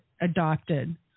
adopted